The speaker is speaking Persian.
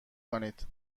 کنید